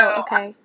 okay